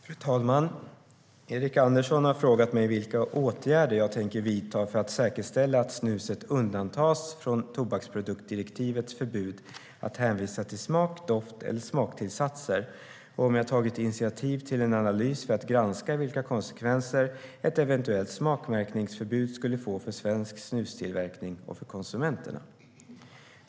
Fru talman! Erik Andersson har frågat mig vilka åtgärder jag tänker vidta för att säkerställa att snuset undantas från tobaksproduktdirektivets förbud att hänvisa till smak, doft eller smaktillsatser, och om jag tagit initiativ till en analys för att granska vilka konsekvenser ett eventuellt smakmärkningsförbud skulle få för svensk snustillverkning och för konsumenterna.